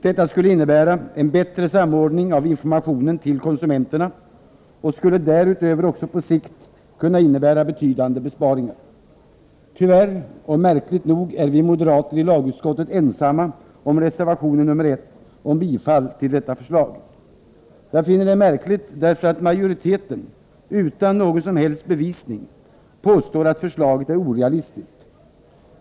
Detta skulle innebära en bättre samordning av informationen till konsumenterna och skulle därutöver på sikt kunna medföra betydande besparingar. Tyvärr — och märkligt nog — är vi moderater i lagutskottet ensamma om reservationen 1 om bifall till detta förslag. Jag finner det märkligt, därför att majoriteten utan någon som helst bevisning påstår att förslaget är orealistiskt.